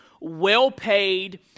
well-paid